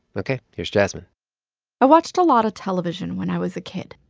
ok, here's jasmine i watched a lot of television when i was a kid.